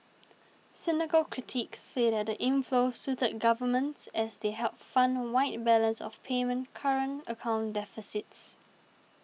cynical critics say that the inflows suited governments as they helped fund wide balance of payment current account deficits